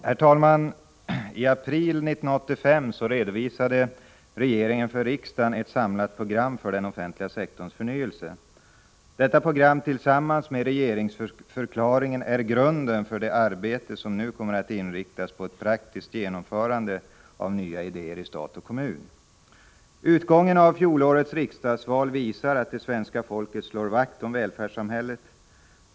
Herr talman! I april 1985 redovisade regeringen för riksdagen ett samlat program för den offentliga sektorns förnyelse. Detta program tillsammans med regeringsförklaringen är grunden för det arbete som nu kommer att inriktas på ett praktiskt genomförande av nya idéer i stat och kommun. Utgången av fjolårets riksdagsval visar att svenska folket slår vakt om välfärdssamhället.